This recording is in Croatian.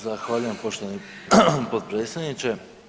Zahvaljujem poštovani potpredsjedniče.